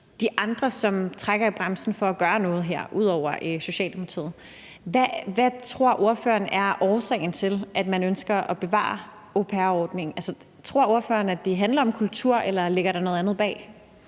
de andre, som trækker i bremsen med hensyn til at gøre noget her, ud over Socialdemokratiet. Hvad tror ordføreren er årsagen til, at man ønsker at bevare au pair-ordningen? Tror ordføreren, at det handler om kultur, eller ligger der noget andet bag?